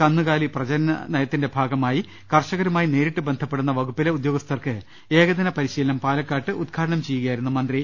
കന്നുകാലി പ്രജനന നയത്തിന്റെ ഭാഗമായി കർഷകരുമായി നേരി ട്ട് ബന്ധപ്പെടുന്ന വകുപ്പിലെ ഉദ്യോഗസ്ഥർക്ക് ഏകദിന പരിശീലനം പാല ക്കാട്ട് ഉദ്ഘാടനം ചെയ്യുകയായിരുന്നു മന്ത്രി